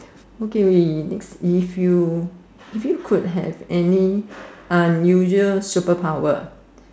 okay we next if you if you could have any unusual superpower